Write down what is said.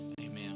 Amen